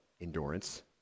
endurance